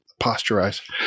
posturize